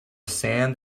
sand